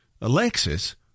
Alexis